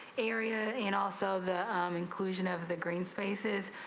area and also the inclusion of the green spaces.